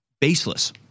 baseless